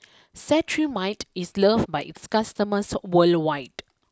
Cetrimide is loved by its customers worldwide